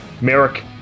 Merrick